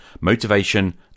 Motivation